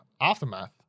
Aftermath